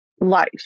life